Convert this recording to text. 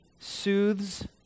soothes